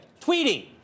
Tweeting